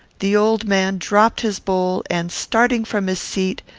the old man dropped his bowl and, starting from his seat,